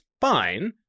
fine